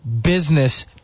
business